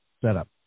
setup